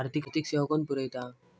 आर्थिक सेवा कोण पुरयता?